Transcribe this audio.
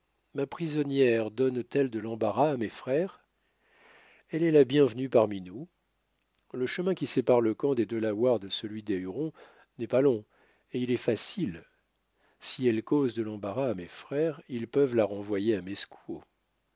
ma prisonnière donne-t-elle de l'embarras à mes frères elle est la bienvenue parmi nous le chemin qui sépare le camp des delawares de celui des hurons n'est pas long et il est facile si elle cause de l'embarras à mes frères ils peuvent la renvoyer